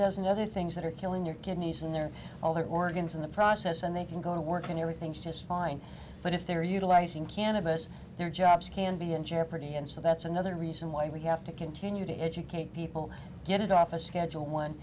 dozen other things that are killing your kidneys and they're all their organs in the process and they can go to work and everything's just fine but if they're utilizing cannabis their jobs can be in jeopardy and so that's another reason why we have to continue to educate people get it off a schedule one